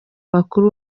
bakuru